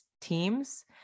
teams